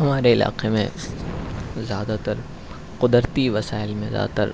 ہمارے علاقے میں زیادہ تر قدرتی وسائل میں زیادہ تر